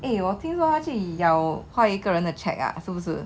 eh 我听说他咬坏一个人的 cheque ah 是不是